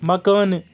مکانہٕ